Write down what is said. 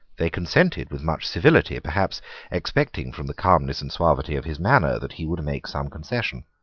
they consented with much civility, perhaps expecting from the calmness and suavity of his manner that he would make some concession.